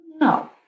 No